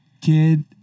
kid